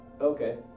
Okay